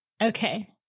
Okay